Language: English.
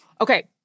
okay